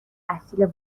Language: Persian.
اصیل